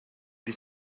did